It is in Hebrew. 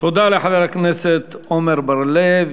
תודה לחבר הכנסת עמר בר-לב.